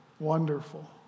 Wonderful